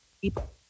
people